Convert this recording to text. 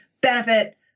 benefit